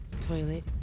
toilet